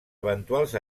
eventuals